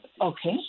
Okay